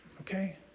Okay